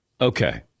Okay